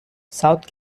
south